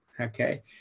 okay